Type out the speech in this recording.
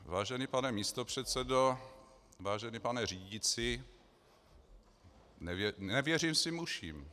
Vážený pane místopředsedo, vážený pane řídící, nevěřím svým uším.